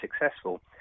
successful